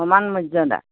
সমান মৰ্য্য়দা